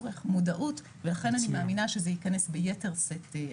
מודעות ולכן אני מאמינה שזה יכנס ביתר שאת.